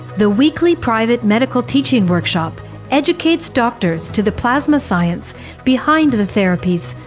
the weekly private medical teaching workshop educates doctors to the plasma science behind the therapies,